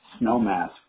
Snowmass